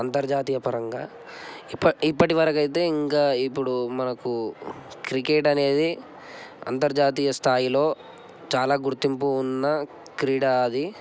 అంతర్జాతీయపరంగా ఇప్ప ఇప్పటివరకు అయితే ఇంకా ఇప్పుడు మనకు క్రికెట్ అనేది అంతర్జాతీయస్థాయిలో చాలా గుర్తింపు ఉన్న క్రీడా అది